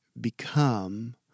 become